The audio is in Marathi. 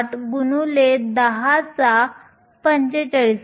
8 x 1045